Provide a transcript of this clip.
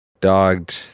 Dogged